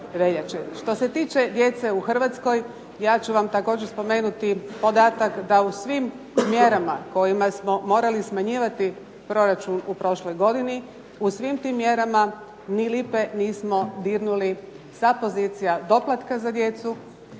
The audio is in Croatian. Što se tiče djece u Hrvatskoj ja ću vam također spomenuti podatak da u svim mjerama kojima smo morali smanjivati proračun u prošloj godini u svim tim mjerama ni lipe nismo dirnuli sa pozicija doplatka za djecu,